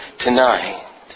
tonight